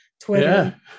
Twitter